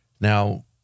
Now